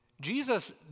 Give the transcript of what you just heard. Jesus